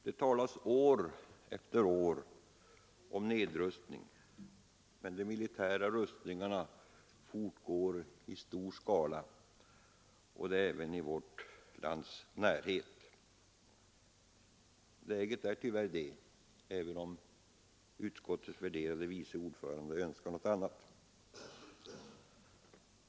Det talas år efter år om nedrustning, men de militära rustningarna fortgår i stor skala, och det även i vårt lands närhet. Läget är tyvärr sådant, även om utskottets värderade vice ordförande önskar någonting annat.